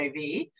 HIV